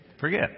Forget